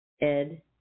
Ed